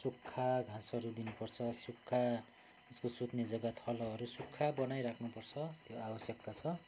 सुक्खा घाँसहरू दिनुपर्छ सुक्खा उसको सुत्ने जग्गा थलोहरू सुक्खा बनाइराख्नु पर्छ त्यो आवश्यकता छ